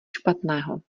špatného